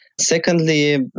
Secondly